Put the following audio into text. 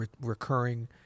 recurring